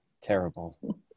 terrible